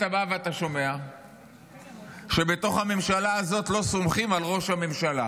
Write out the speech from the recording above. אתה בא ואתה שומע שבתוך הממשלה הזאת לא סומכים על ראש הממשלה,